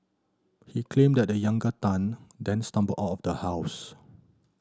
he claimed that the younger Tan then stumbled out of the house